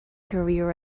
career